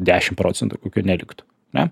dešimt procentų kokių neliktų na